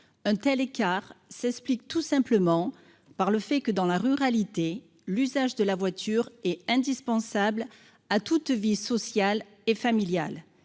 Un tel écart s’explique tout simplement par le fait que, dans les territoires ruraux, l’usage de la voiture est indispensable à toute vie sociale et familiale.